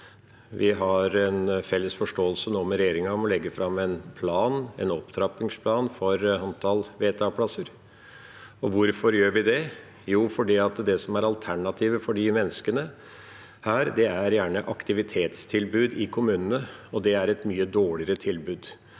Vi har en felles forståelse med regjeringa om å legge fram en plan, en opptrappingsplan, for antall VTA-plasser. Hvorfor gjør vi det? Jo, det er fordi alternativet for de menneskene gjerne er et aktivitetstilbud i kommunene, og det er et mye dårligere tilbud.